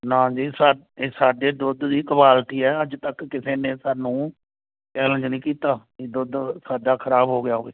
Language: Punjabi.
ਨਾ ਜੀ ਸਾ ਸਾਡੇ ਦੁੱਧ ਦੀ ਕੁਆਲਟੀ ਆ ਅੱਜ ਤੱਕ ਕਿਸੇ ਨੇ ਸਾਨੂੰ ਚੈਲੇਂਜ ਨਹੀਂ ਕੀਤਾ ਵੀ ਦੁੱਧ ਸਾਡਾ ਖ਼ਰਾਬ ਹੋ ਗਿਆ ਹੋਵੇ